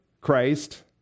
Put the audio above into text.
Christ